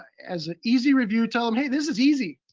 as an easy review. tell them, hey, this is easy.